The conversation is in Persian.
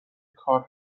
کار